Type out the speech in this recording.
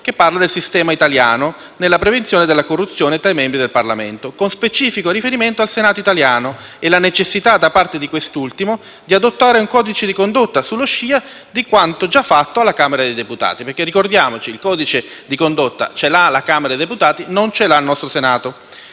gennaio, sul sistema italiano nella prevenzione della corruzione tra i membri del Parlamento, con specifico riferimento al Senato italiano e alla necessità da parte di quest'ultimo di adottare un codice di condotta, sulla scia di quanto già fatto alla Camera dei Deputati. Ricordiamoci, infatti, che la Camera ha un codice di condotta, mentre